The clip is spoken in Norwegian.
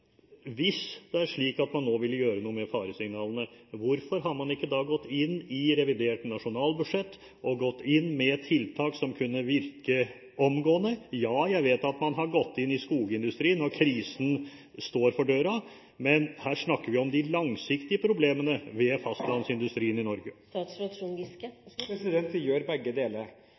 Hvis det er slik at man nå vil gjøre noe på grunn av faresignalene, hvorfor har man ikke i revidert nasjonalbudsjett gått inn med tiltak – som kunne virke omgående? Jeg vet at man har gått inn i skogindustrien når krisen står for døren, men her snakker vi om de langsiktige problemene hos fastlandsindustrien i Norge. Vi gjør begge deler. Allerede høsten 2008 begynte vi